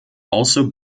also